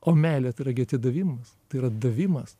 o meilė tai yra gi atidavimas tai yra davimas